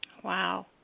Wow